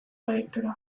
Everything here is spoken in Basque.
proiektura